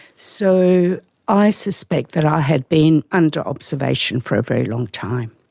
so i suspect that i had been under observation for a very long time.